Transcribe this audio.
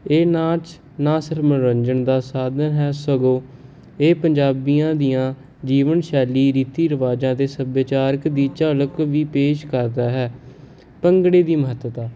ਇਹ ਨਾਚ ਨਾ ਸਿਰਫ ਮਨੋਰੰਜਨ ਦਾ ਸਾਧਨ ਹੈ ਸਗੋਂ ਇਹ ਪੰਜਾਬੀਆਂ ਦੀਆਂ ਜੀਵਨ ਸ਼ੈਲੀ ਰੀਤੀ ਰਿਵਾਜਾਂ ਅਤੇ ਸੱਭਿਆਚਾਰ ਦੀ ਝਲਕ ਵੀ ਪੇਸ਼ ਕਰਦਾ ਹੈ ਭੰਗੜੇ ਦੀ ਮਹਤੱਤਾ